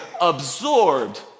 absorbed